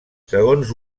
segons